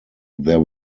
there